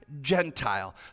Gentile